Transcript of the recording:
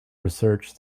research